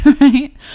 Right